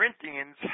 Corinthians